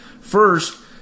First